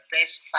best